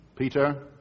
Peter